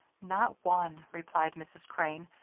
not one, replied mrs. crane.